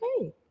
Okay